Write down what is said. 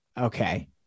okay